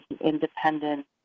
independent